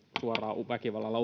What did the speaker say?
suoraa väkivallalla